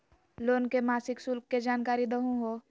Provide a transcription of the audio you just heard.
Loan के मासिक शुल्क के जानकारी दहु हो?